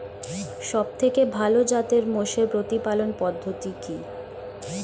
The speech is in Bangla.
সবথেকে ভালো জাতের মোষের প্রতিপালন পদ্ধতি কি?